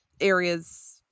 areas